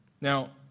Now